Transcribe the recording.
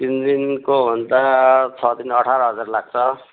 तिन दिनको हो भने त छ तिन अठार हजार लाग्छ